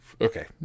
Okay